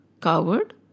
coward